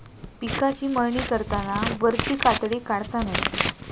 पिकाची मळणी करताना वरची कातडी काढता नये